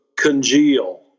congeal